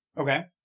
Okay